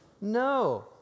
No